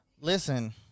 Listen